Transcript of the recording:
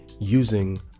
using